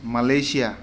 Malaysia